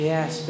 Yes